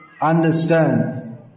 understand